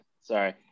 Sorry